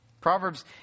Proverbs